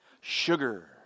Sugar